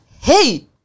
Hey